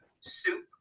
soup